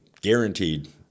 guaranteed